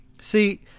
See